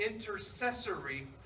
intercessory